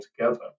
together